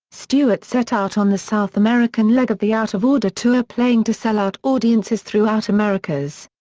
stewart set out on the south american leg of the out of order tour playing to sell-out audiences throughout americas.